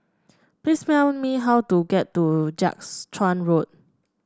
please tell me how to get to Jiak's Chuan Road